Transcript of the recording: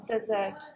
dessert